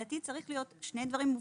צריכים להיות שני דברים מובחנים.